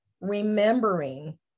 remembering